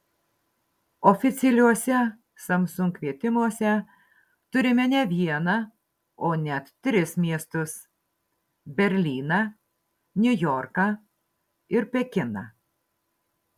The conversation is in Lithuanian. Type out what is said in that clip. oficialiuose samsung kvietimuose turime ne vieną o net tris miestus berlyną niujorką ir pekiną